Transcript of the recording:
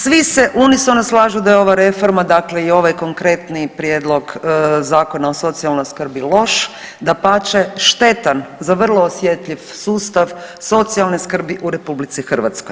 Svi se unisono slažu da je ova reforma dakle i ovaj konkretni prijedlog Zakona o socijalnoj skrbi loš, dapače štetan za vrlo osjetljiv sustav socijalne skrbi u RH.